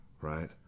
right